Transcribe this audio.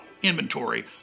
inventory